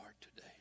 today